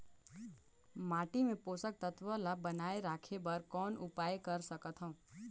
माटी मे पोषक तत्व ल बनाय राखे बर कौन उपाय कर सकथव?